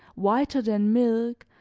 whiter than milk,